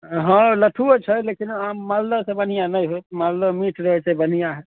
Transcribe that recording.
हँ लथुओ छै लेकिन आम मालदहसँ बढ़िआँ नहि हैत मालदह मिठ रहै छै बढ़िआँ